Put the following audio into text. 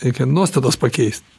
reikia nuostatas pakeist